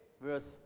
verse